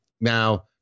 now